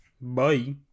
Bye